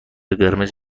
قرمز